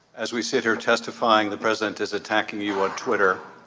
as we sit here testifying the president is attacking you on twitter.